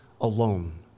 alone